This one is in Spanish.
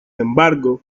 embargo